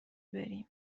بریم